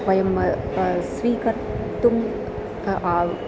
वयं स्वीकर्तुम् आव्